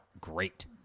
great